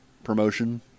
promotion